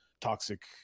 toxic